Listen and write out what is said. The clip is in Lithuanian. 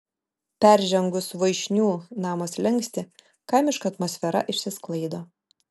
peržengus voišnių namo slenkstį kaimiška atmosfera išsisklaido